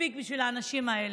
מספיק בשביל האנשים האלה.